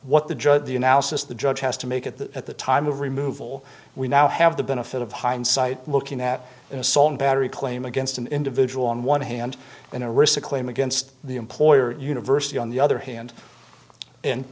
what the judge the analysis the judge has to make at the at the time of removal we now have the benefit of hindsight looking at an assault and battery claim against an individual on one hand and a risk claim against the employer university on the other hand and